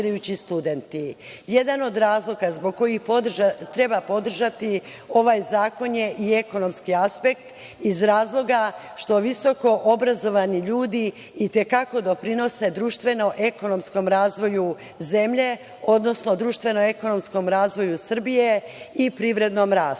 od razloga zbog kojih treba podržati ovaj zakon je i ekonomski aspekt iz razloga što visokoobrazovani ljudi i te kako doprinose društveno ekonomskom razvoju zemlje, odnosno društveno ekonomskom razvoju Srbije i privrednom